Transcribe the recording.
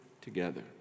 together